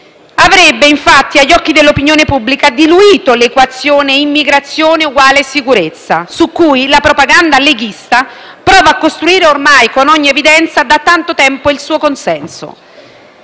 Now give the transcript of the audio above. Avrebbe, infatti, agli occhi dell'opinione pubblica, diluito l'equazione immigrazione uguale insicurezza, su cui la propaganda leghista prova a costruire ormai con ogni evidenza da tanto tempo il proprio consenso.